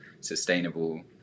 sustainable